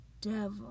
devil